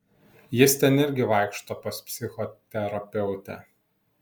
jis ten irgi vaikšto pas psichoterapeutę